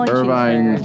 Irvine